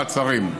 מעצרים).